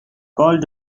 called